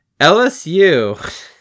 LSU